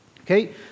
Okay